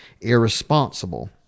irresponsible